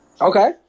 Okay